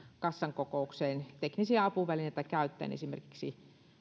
kassan kokoukseen etänä teknisiä apuvälineitä käyttäen esimerkiksi